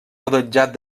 rodejat